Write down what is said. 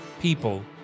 people